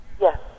Yes